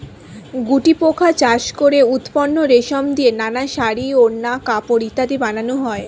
গুটিপোকা চাষ করে উৎপন্ন রেশম দিয়ে নানা শাড়ী, ওড়না, কাপড় ইত্যাদি বানানো হয়